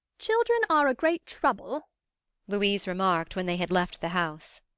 children are a great trouble louise remarked, when they had left the house.